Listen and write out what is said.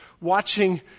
watching